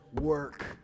work